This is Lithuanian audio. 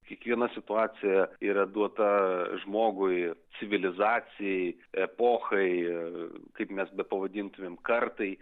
kiekviena situacija yra duota žmogui civilizacijai epochai kaip mes bepavadintumėm kartai